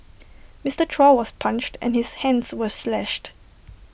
Mister Joshua was punched and his hands were slashed